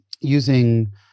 using